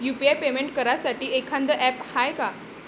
UPI payment करासाठी एखांद app हाय का?